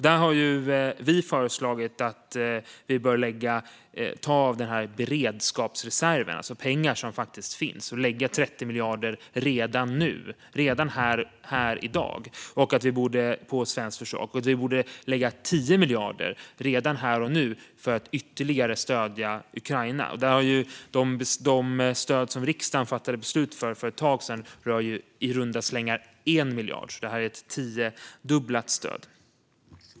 Där har vi föreslagit att vi ska ta av beredskapsreserven, alltså pengar som faktiskt finns, och lägga 30 miljarder på svenskt försvar redan nu. Vi borde också lägga 10 miljarder redan nu på att ytterligare stödja Ukraina. De stöd som riksdagen fattade beslut om för ett tag sedan rör i runda slängar 1 miljard, så det här är ett tiodubblat stöd.